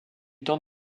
temps